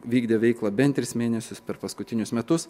vykdė veiklą bent tris mėnesius per paskutinius metus